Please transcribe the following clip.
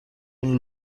اون